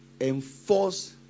enforce